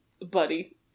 buddy